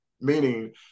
meaning